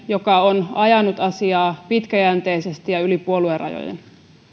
joka on ajanut asiaa pitkäjänteisesti ja yli puoluerajojen